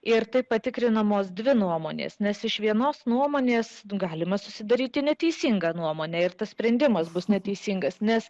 ir taip pat tikrinamos dvi nuomonės nes iš vienos nuomonės galima susidaryti neteisingą nuomonę ir tas sprendimas bus neteisingas nes